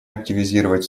активизировать